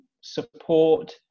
support